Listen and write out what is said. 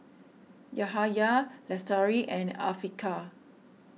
Yahaya Lestari and Afiqah